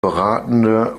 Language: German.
beratende